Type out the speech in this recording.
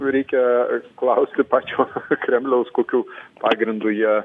reikia klausti pačio kremliaus kokiu pagrindu jie